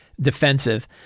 defensive